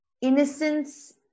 innocence